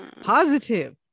positive